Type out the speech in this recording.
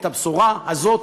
את הבשורה הזאת,